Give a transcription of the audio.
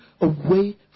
away